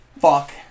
fuck